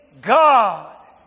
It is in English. God